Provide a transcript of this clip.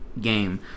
game